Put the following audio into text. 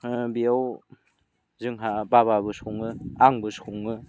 बियाव जोंहा बाबाबो सङो आंबो सङो